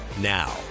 Now